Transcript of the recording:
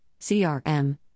CRM